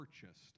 purchased